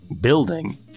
building